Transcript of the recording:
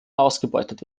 ausgebeutet